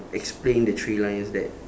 explain the three lines that